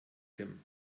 tim